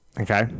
Okay